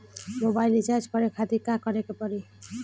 Mobile recharge करे खातिर का करे के पड़ी?